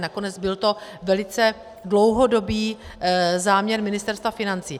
Nakonec byl to velice dlouhodobý záměr Ministerstva financí.